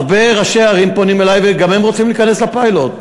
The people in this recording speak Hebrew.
הרבה ראשי ערים פונים אלי וגם הם רוצים להיכנס לפיילוט,